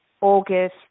August